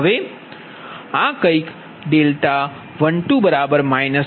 હવે આ કંઈક 12 −21 0